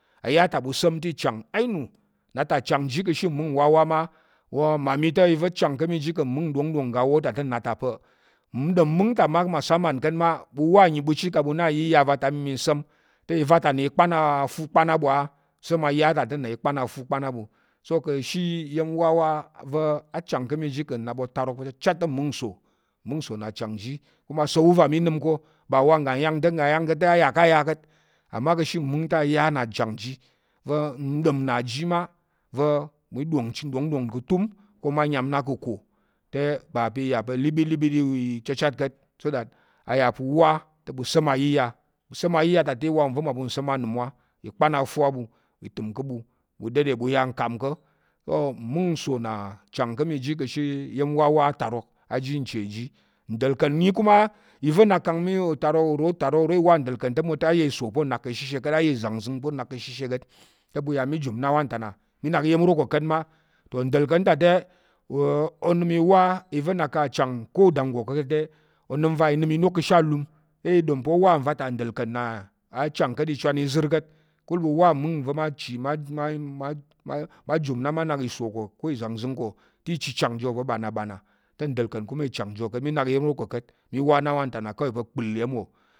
Aya ta ɓu sa̱m te i chang ianu, nna ta chang va̱ ƙa̱ ashe mung nwá wá mma, wa mmami ta̱ iya̱m va̱ chang ji ka̱ mung nɗong nɗong ngga awo ta te nnà ta pa̱, n ɗom mung ta mma masamam ka̱t ma, ɓu wa nyi ɓu chit kang ɓu na ayiya va ta á mi, mi sa̱m i va ta nna i kpan afu kpan á ɓu sa̱m aya ta te nnà i kpan afu kpan á ɓu, so ka̱ ashe iya̱m wawa va̱ a chang ka̱ mi ji ka̱ nnap otarok pa̱ chichat te mung nso, mung nso nna chang ji ka̱kul asa̱l va mi nəm ko ba wa ngga nyang ta̱ ngga nyang ta̱ te á yà ká̱ aya ka̱t amma ka̱ she mung te, aya nna chang ji va̱ n ɗom nna ji ma, va̱ mi ɗong chit n ɗóng nɗong ka̱ tum ko mma nyam na ka̱ ako ba pa̱ i ya pa̱ libit libit pa̱ chatchat ka̱t so that a yà pa̱ wa te ɓu te mi sa̱m ayiya ɓu sa̱m ayiya ta te wa nva̱ mmaɓu ka̱ nsa̱m aləmwa i kpan afu á ɓu ka̱ ɓu ɓu dade ko ɓu ya nkam ko, so mung nso nna chang ka̱ mi ji ka̱ she iya̱m wawa atarok a ji nche ji nɗa̱lka̱n nyi kuma iya̱m nak kang nyi utarok uro i wa te a ya iso pa̱ o nak ka̱ ashe ka̱t a ya ìzangzəng pa̱ o nak ka̱ shishe ka̱t te ɓu ya mi jum na wan ta na, mi nak iya̱m ro ko ka̱t ma toh nɗa̱lka̱n ta te onəm i wa iya̱m va̱ nak kang chang, onəm va inəm inok ka̱̱ she alum te i ɗom pa̱ o wa nɗa̱lka̱n ta ka̱kul pa̱ achwan ìzər ka̱t, ɓu wa mung va̱ ma chi, mma jum na ma nak iso ko te nchichang jiwo pa̱ ɓanaɓana te nɗa̱lka̱n jiwo te i chang jiwo ka̱t mi ak iya̱m ro ko ka̱t mi wa na wanta pa̱ kpa̱l iya̱m wo